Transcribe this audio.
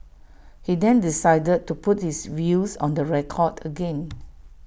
he then decided to put his views on the record again